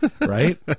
right